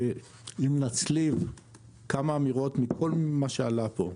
אם נצליב כמה אמירות מכל מה שעלה פה,